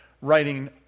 writing